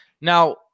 now